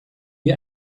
you